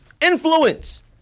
Influence